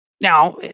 Now